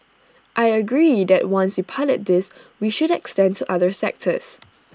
I agree that once we pilot this we should extend to other sectors